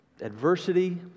adversity